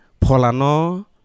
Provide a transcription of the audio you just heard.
Polano